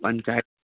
panchayat